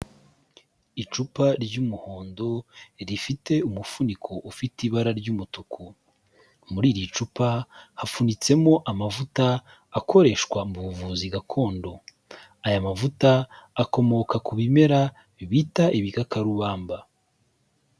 Icupa ry'umuhondo rifite umufuniko ufite ibara ry'umutuku. Muri iri cupa hafunitsemo amavuta akoreshwa mu buvuzi gakondo. Aya mavuta akomoka ku bimera bita ibikakarubamba.